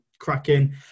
cracking